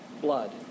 blood